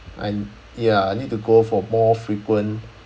and ya I need to go for more frequent